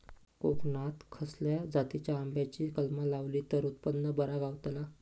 कोकणात खसल्या जातीच्या आंब्याची कलमा लायली तर उत्पन बरा गावताला?